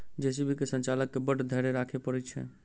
JCB के संचालक के बड़ धैर्य राखय पड़ैत छै